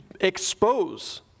expose